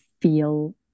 feel